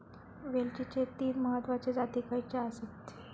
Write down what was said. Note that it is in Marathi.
वेलचीचे तीन महत्वाचे जाती खयचे आसत?